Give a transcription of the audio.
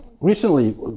Recently